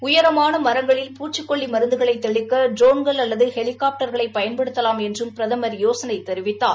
உயரமான மரங்களில் பூச்சிக் கொல்லி மருந்துகளை தெளிக்க ட்ரோன்கள் அல்லது ஹெலிகாப்டர்களை பயன்படுத்தவாம் என்றும் பிரதமர் யோசனை தெரிவித்தார்